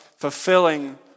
Fulfilling